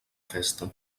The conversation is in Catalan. festa